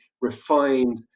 refined